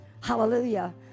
hallelujah